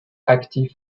actif